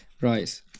Right